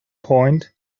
point